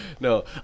no